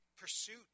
pursuit